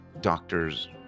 doctors